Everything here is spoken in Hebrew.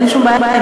אין שום בעיה,